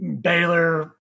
Baylor